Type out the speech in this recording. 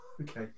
Okay